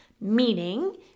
Meaning